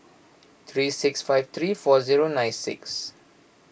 three six five three four zero nine six